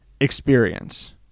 experience